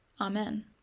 Amen